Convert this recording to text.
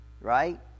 right